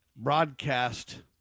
broadcast